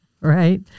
Right